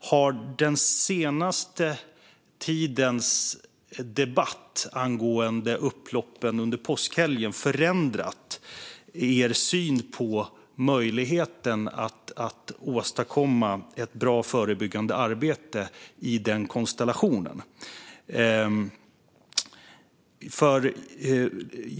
Har den senaste tidens debatt angående upploppen under påskhelgen förändrat er syn på möjligheten att åstadkomma ett bra förebyggande arbete i den konstellationen?